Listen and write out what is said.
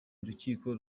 urukiko